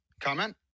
comment